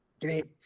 great